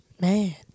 Man